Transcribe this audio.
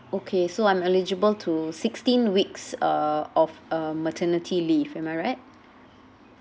okay so I'm eligible to sixteen weeks uh of uh maternity leave am I right